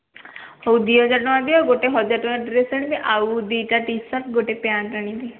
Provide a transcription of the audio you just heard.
ହଉ ଦୁଇ ହଜାର ଟଙ୍କା ଦିଅ ଗୋଟିଏ ହଜାର ଟଙ୍କା ଡ୍ରେସ୍ ଆଣିବି ଆଉ ଦୁଇଟା ଟିସାର୍ଟ୍ ଆଉ ଗୋଟେ ପ୍ୟାଣ୍ଟ୍ ଆଣିବି